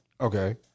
Okay